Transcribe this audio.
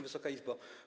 Wysoka Izbo!